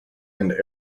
and